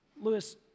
Lewis